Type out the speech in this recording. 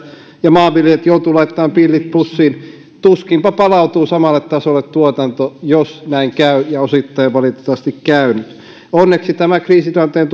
ja maanviljelijät joutuvat laittamaan pillit pussiin tuskinpa palautuu samalle tasolle tuotanto jos näin käy ja osittain valitettavasti on käynyt onneksi tämä kriisitilanteen